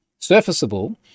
Surfaceable